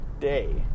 day